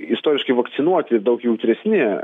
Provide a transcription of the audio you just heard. istoriškai vakcinuoti daug jautresni